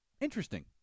interesting